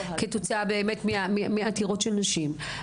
כתוצאה באמת מעתירות של נשים,